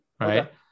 Right